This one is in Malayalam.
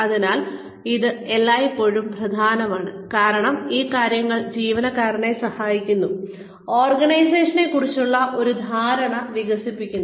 അതിനാൽ ഇത് എല്ലായ്പ്പോഴും പ്രധാനമാണ് കാരണം ഈ കാര്യങ്ങൾ ജീവനക്കാരനെ സഹായിക്കുന്നു ഓർഗനൈസേഷനെക്കുറിച്ചുള്ള ഒരു ധാരണ വികസിപ്പിക്കുന്നു